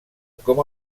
com